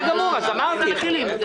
אין בעיה, נעביר את הכול.